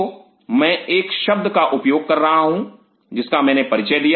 तो मैं एक शब्द का उपयोग कर रहा हूं जिसका मैंने परिचय दिया